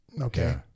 Okay